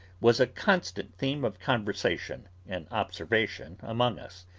was a constant theme of conversation and observation among us.